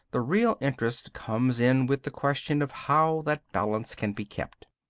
the real interest comes in with the question of how that balance can be kept.